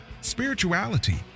spirituality